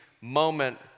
moment